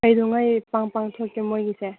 ꯀꯩꯗꯧꯉꯩ ꯄꯥꯡꯊꯣꯛꯀꯦ ꯃꯣꯏꯒꯤꯁꯦ